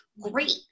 great